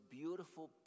beautiful